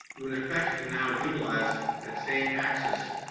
you in effect can now utilize that same access,